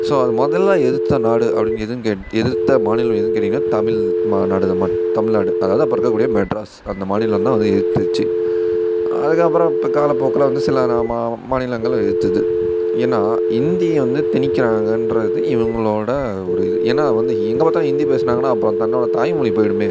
so அதை மொதலில் எதுர்த்த நாடு அப்படினு எதுன்னு கேட் எதிர்த்த மாநிலம் எதுன்னு கேட்டீங்கன்னா தமிழ் மா நாடு ம தமிழ் நாடு அதாவது அப்போ இருக்கக்கூடிய மெட்ராஸ் அந்த மாநிலம் தான் வந்து எதுத்திச்சு அதுக்கப்புறம் இப்போ காலப்போக்கில் வந்து சில நா மா மாநிலங்களும் எதுத்தது ஏன்னா இந்தியை வந்து திணிக்கிறாங்கன்றது இவங்களோட ஒரு இது ஏன்னா வந்து எங்கேப் பார்த்தாலும் ஹிந்தி பேசினாங்கன்னா அப்புறம் தன்னோடய தாய்மொழி போய்டுமே